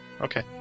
Okay